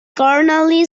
cornwall